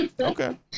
Okay